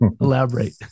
Elaborate